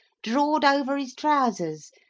drawed over his trowsers,